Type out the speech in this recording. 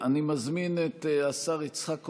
אני מזמין את השר יצחק כהן,